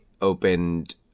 opened